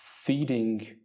feeding